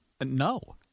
No